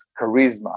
charisma